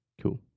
Cool